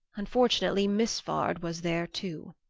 unfortunately miss vard was there too.